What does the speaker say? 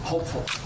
hopeful